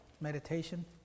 Meditation